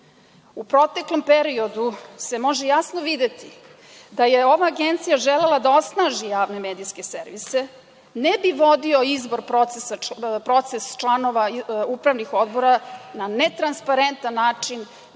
U proteklom periodu se može jasno videti, da je ova agencija želela da osnaži javne medijske servise, ne bi vodio proces izbora članova upravnih odbora na netransparentan način,